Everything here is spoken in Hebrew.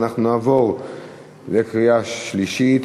ואנחנו נעבור לקריאה שלישית.